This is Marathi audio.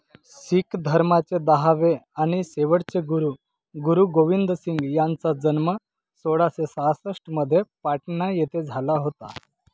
शीख धर्माचे दहावे आणि शेवटचे गुरु गुरु गोविंदसिंग यांचा जन्म सोळाशे सहासष्टमध्ये पाटणा येथे झाला होता